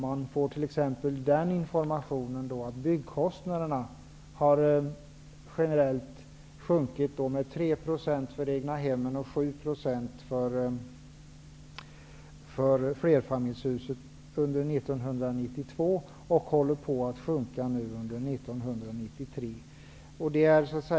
Man får t.ex. informationen att byggkostnaderna generellt har sjunkit med 3 % för egnahemmen och 7 % för flerfamiljshusen under 1992 och håller på att sjunka nu under 1993.